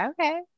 okay